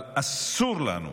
אבל אסור לנו,